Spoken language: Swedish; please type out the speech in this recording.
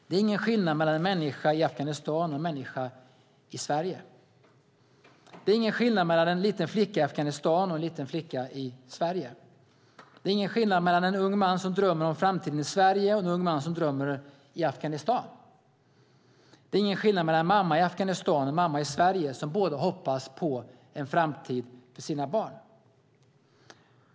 Det är ingen skillnad mellan en människa i Afghanistan och en människa i Sverige. Det är ingen skillnad mellan en liten flicka i Afghanistan och en liten flicka i Sverige. Det är ingen skillnad mellan en ung man som drömmer om framtiden i Sverige och en ung man som drömmer om framtiden i Afghanistan. Det är ingen skillnad mellan en mamma i Afghanistan och en mamma i Sverige - som båda hoppas på en framtid för sina barn.